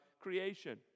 creation